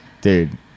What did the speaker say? Dude